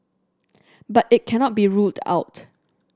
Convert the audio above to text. but it cannot be ruled out